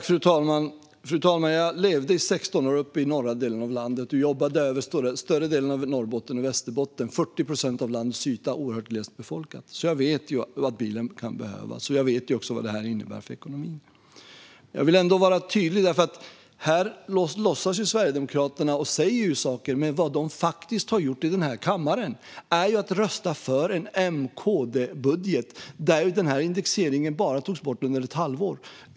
Fru talman! Jag levde i 16 år uppe i norra delen av landet och jobbade över större delen av Norrbotten och Västerbotten. Det är 40 procent av landets yta som är oerhört glest befolkad. Jag vet att bilen kan behövas och vad detta innebär för ekonomin. Jag vill ändå vara tydlig. Här låtsas Sverigedemokraterna. De säger saker, men vad de faktiskt har gjort i den här kammaren är att rösta för en M-KD-budget där indexeringen togs bort bara under ett halvår.